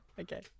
Okay